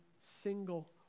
single